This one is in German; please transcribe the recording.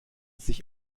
sich